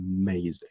amazing